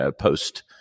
post